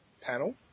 panel